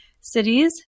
cities